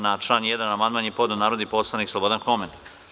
Na član 1. amandman je podneo narodni poslanik Slobodan Homen.